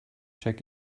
check